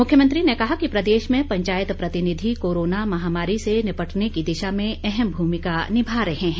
मुख्यमंत्री ने कहा कि प्रदेश में पंचायत प्रतिनिधी कोरोना महामारी से निपटने की दिशा में अहम भूमिका निभा रहे हैं